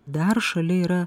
dar šalia yra